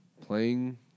playing